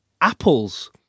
apples